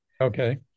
Okay